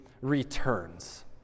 returns